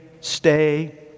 Stay